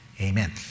Amen